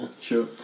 Sure